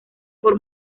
por